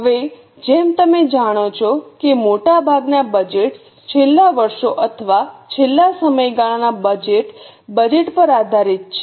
હવે જેમ તમે જાણો છો કે મોટાભાગના બજેટ્સ છેલ્લા વર્ષો અથવા છેલ્લા સમયગાળાના બજેટ બજેટ પર આધારિત છે